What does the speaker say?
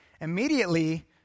Immediately